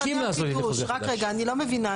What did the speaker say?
רק רגע, אני לא מבינה.